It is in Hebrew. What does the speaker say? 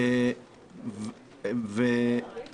ובגלל זה